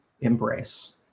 embrace